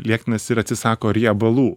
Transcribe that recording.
liekninasi ir atsisako riebalų